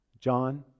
John